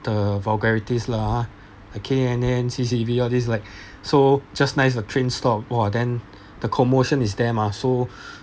the vulgarities lah !huh! okay and then C_C_B all these so just nice the train stop !wah! then the commotion is there mah so